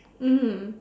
mm